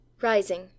Rising